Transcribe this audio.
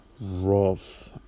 rough